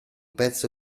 pezzo